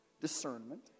Discernment